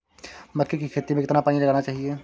मक्के की खेती में कितना पानी लगाना चाहिए?